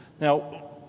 Now